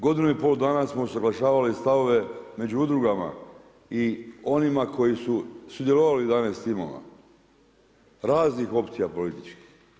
Godinu i pol dana smo usuglašavali stavove među udrugama i onima koji su sudjelovali uz 11 timova raznih opcija političkih.